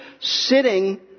sitting